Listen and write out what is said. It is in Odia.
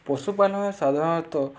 ପଶୁପଳନରେ ସାଧାରଣତଃ